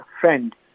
friend